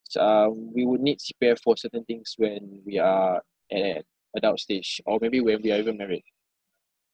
s~ uh we would need C_P_F for certain things when we are at an adult stage or maybe when we are even married